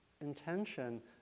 intention